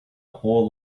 whole